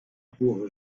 pour